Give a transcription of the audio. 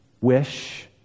wish